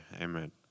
Amen